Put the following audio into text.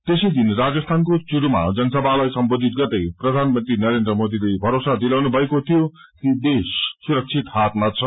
त्यसै दिन राजस्थानको चुरूमा जनसभालाई सम्बोधित गर्दै प्रधानमत्री नरेन्द्र मोदीले भरोसा दिलाउनु भएको थियो कि देश सुरक्षित हातमा छ